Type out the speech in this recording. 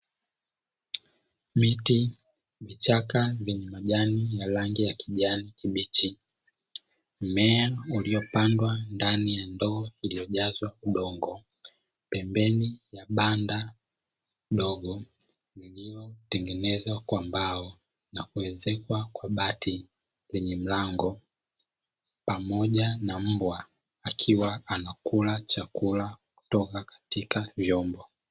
Miti, vichaka vyenye majani ya rangi ya kijani kibichi, mmea uliopandwa ndani ya ndoo iliyojazwa udongo pembeni ya banda dogo lililotengenezwa kwa mbao na kuezekwa kwa bati lenye mlango, pamoja na mbwa akiwa anakula chakula kutoka katika vyombo.